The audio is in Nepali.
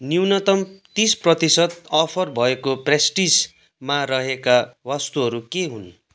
न्यूनतम तिस प्रतिशत अफर भएको पेस्ट्रिजमा रहेका वस्तुहरू के हुन्